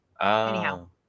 Anyhow